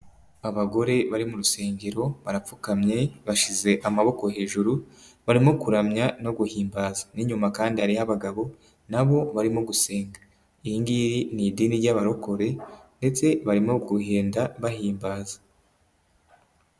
Abagore bari mu rusengero, barapfukamye bashize amaboko hejuru, barimo kuramya no guhimbaza; n'inyuma kandi hari abagabo, nabo barimo gusenga. Iri ngiri ni idini y'abarokore ndetse barimo gusenga bahimbaza.